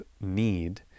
need